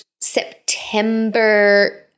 September